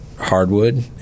hardwood